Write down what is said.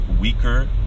weaker